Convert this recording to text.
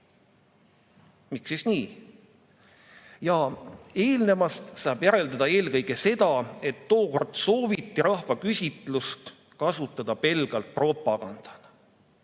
Miks siis nii? Eelnevast saab järeldada eelkõige seda, et tookord sooviti rahvaküsitlust kasutada pelgalt propagandana.